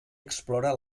explora